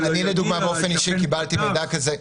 לא יגיע.